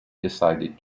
decided